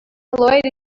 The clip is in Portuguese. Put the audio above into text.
loira